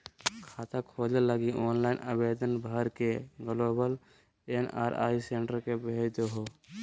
खाता खोले लगी ऑनलाइन आवेदन भर के ग्लोबल एन.आर.आई सेंटर के भेज देहो